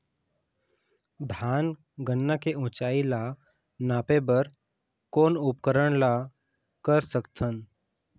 धान गन्ना के ऊंचाई ला नापे बर कोन उपकरण ला कर सकथन?